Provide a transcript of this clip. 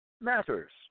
matters